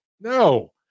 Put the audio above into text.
No